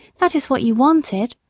that is what you wanted,